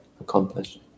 accomplished